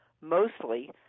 mostly